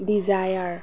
Dzire